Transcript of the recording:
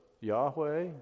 Yahweh